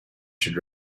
should